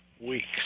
weeks